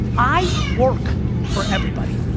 i work for everybody.